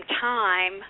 time